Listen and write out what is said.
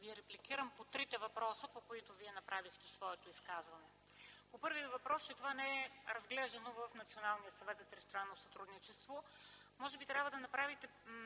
Ви репликирам по трите въпроса, по които Вие направихте своето изказване. По първия въпрос – защо това не е разглеждано в